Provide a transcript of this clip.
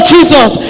Jesus